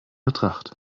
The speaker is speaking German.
betracht